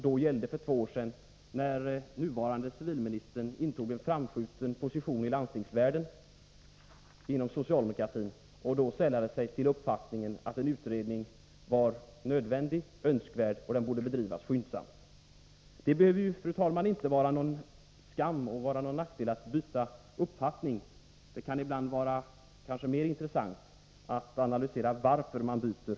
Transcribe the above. Då, för två år sedan, intog den nuvarande civilministern en framskjuten position inom socialdemokratin i landstingsvärlden, och han sällade sig till uppfattningen att en utredning var nödvändig och önskvärd och att den borde bedrivas skyndsamt. Det behöver inte, fru talman, vara någon skam att byta uppfattning. Det kan kanske vara mer intressant att analysera varför man gör det.